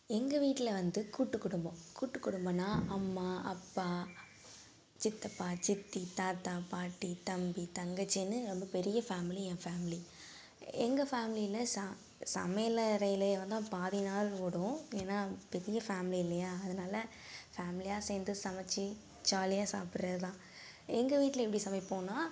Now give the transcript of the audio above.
எங்கள் வீட்டில் வந்து கூட்டு குடும்பம் கூட்டு குடும்பன்னால் அம்மா அப்பா சித்தப்பா சித்தி தாத்தா பாட்டி தம்பி தங்கச்சினு ரொம்ப பெரிய ஃபேமிலி என் ஃபேமிலி எங்கள் ஃபேமிலியில் சா சமையல் அறையிலே தான் பாதி நாள் ஓடும் ஏன்னால் பெரிய ஃபேமிலி இல்லையா அதனால ஃபேமிலியாக சேர்ந்து சமைச்சி ஜாலியாக சாப்பிட்றது தான் எங்கள் வீட்டில் எப்படி சமைப்போன்னால்